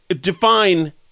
define